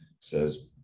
says